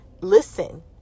listen